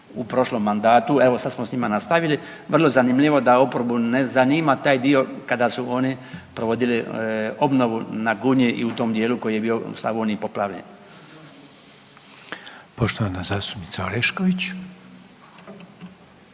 u prošlom mandatu, a evo sad smo sa njima nastavili. Vrlo zanimljivo da oporbu ne zanima taj dio kada su oni provodili obnovu na Gunji i u tom dijelu koji je bio u Slavoniji poplavljen. **Reiner, Željko (HDZ)** Poštovana zastupnica Orešković.